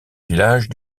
village